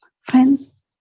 Friends